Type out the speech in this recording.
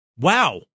wow